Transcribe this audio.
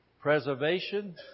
preservation